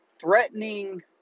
threatening